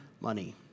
money